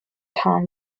tom